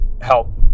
help